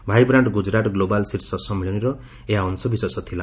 vibrant Gujarat global ଶୀର୍ଷ ସମ୍ମିଳନୀର ଏହା ଅଂଶବିଶେଷ ଥିଲା